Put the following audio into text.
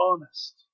honest